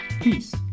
Peace